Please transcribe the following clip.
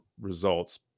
results